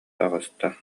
таҕыста